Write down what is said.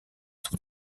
tout